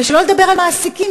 ושלא לדבר על מעסיקים,